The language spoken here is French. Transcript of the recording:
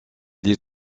les